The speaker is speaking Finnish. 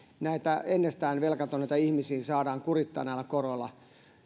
näitä ennestään velkaantuneita ihmisiä saadaan kurittaa näillä koroilla